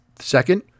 second